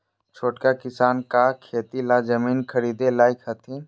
छोटका किसान का खेती ला जमीन ख़रीदे लायक हथीन?